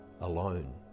alone